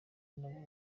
nabo